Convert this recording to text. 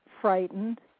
frightened